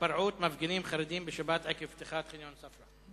"התפרעות מפגינים חרדים בשבת עקב פתיחת חניון ספרא".